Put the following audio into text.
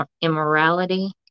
immorality